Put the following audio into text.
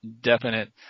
definite